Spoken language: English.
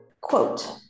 Quote